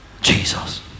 Jesus